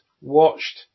watched